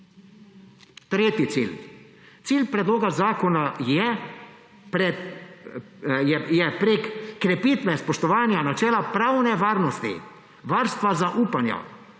Tretji cilj. Cilj predloga zakona je prek krepitve spoštovanja načela pravne varnosti, varstva zaupanja